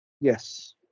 yes